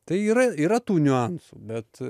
tai yra yra tų niuansų bet